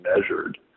measured